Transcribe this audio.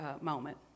moment